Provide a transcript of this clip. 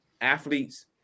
athletes